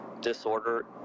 disorder